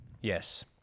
Yes